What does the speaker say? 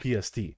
PST